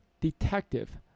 detective